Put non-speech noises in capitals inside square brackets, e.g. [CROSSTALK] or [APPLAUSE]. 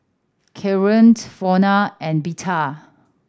Kaaren [UNINTELLIGIBLE] Frona and Berta